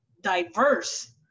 diverse